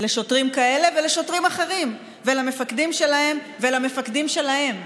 לשוטרים כאלה ולשוטרים אחרים למפקדים שלהם ולמפקדים שלהם?